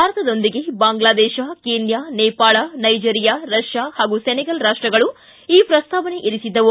ಭಾರತದೊಂದಿಗೆ Bangladesh Kenya Nepal Nigeria Russia ಹಾಗೂ Senegal ರಾಷ್ಟಗಳು ಈ ಪ್ರಸ್ತಾವನೆ ಇರಿಸಿದ್ದವು